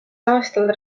aastal